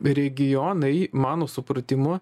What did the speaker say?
regionai mano supratimu